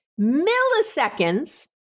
milliseconds